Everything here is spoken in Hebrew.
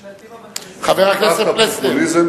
השלטים, חבר הכנסת פלסנר.